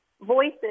voices